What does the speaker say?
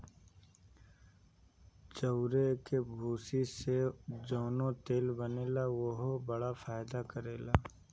चाउरे के भूसी से जवन तेल बनेला उहो बड़ा फायदा करेला